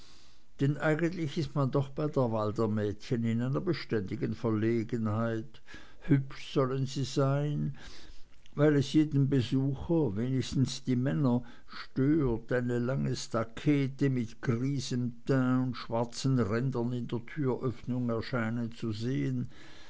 denn eigentlich ist man doch bei der wahl der mädchen in einer beständigen verlegenheit hübsch sollen sie sein weil es jeden besucher wenigstens die männer stört eine lange stakete mit griesem teint und schwarzen rändern in der türöffnung erscheinen zu sehen